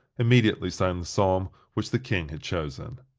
immediately sang the psalm which the king had chosen.